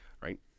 right